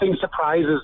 surprises